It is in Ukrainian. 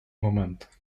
момент